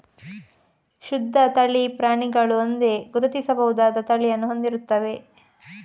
ಶುದ್ಧ ತಳಿ ಪ್ರಾಣಿಗಳು ಒಂದೇ, ಗುರುತಿಸಬಹುದಾದ ತಳಿಯನ್ನು ಹೊಂದಿರುತ್ತವೆ